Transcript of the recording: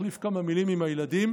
מחליף כמה מילים עם הילדים.